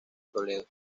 toledo